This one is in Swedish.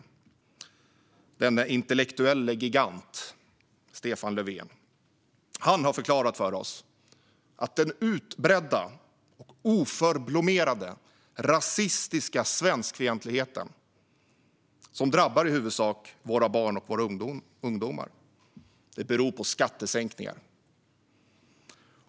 Stefan Löfven - denne intellektuelle gigant - har förklarat för oss att den utbredda och oförblommerade rasistiska svenskfientligheten, som i huvudsak drabbar våra barn och ungdomar, beror på skattesänkningar.